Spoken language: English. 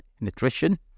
Nutrition